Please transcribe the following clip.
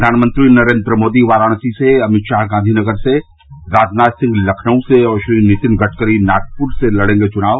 प्रधानमंत्री नरेन्द्र मोदी वाराणसी से अमित शाह गांधी नगर से राजनाथ सिंह लखनऊ से और श्री नितिन गडकरी नागपुर से लड़ेंगे चुनाव